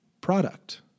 product